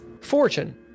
Fortune